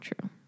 true